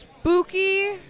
Spooky